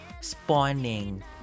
spawning